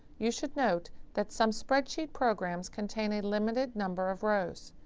you should note that some spreadsheet programs contain a limited number of rows.